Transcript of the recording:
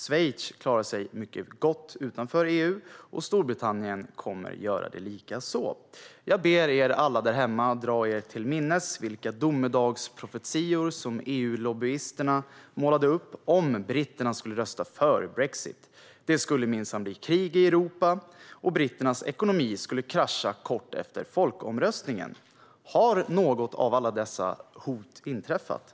Schweiz klarar sig mycket gott utanför EU och Storbritannien kommer att göra det likaså. Jag ber er alla därhemma att dra er till minnes vilka domedagsprofetior som EU-lobbyisterna målade upp om britterna skulle rösta för brexit. Det skulle minsann bli krig i Europa, och britternas ekonomi skulle krascha kort efter folkomröstningen. Har något av dessa hot inträffat?